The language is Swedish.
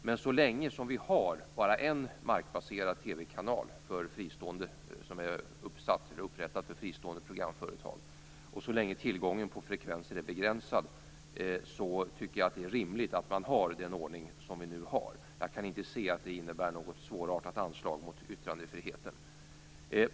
Men så länge som vi har bara en markbaserad TV-kanal som är inrättad för fristående programföretag och så länge tillgången på frekvenser är begränsad är det rimligt att man har den ordning som nu gäller. Jag kan inte se att det innebär något svårartat anslag mot yttrandefriheten.